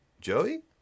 Joey